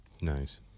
Nice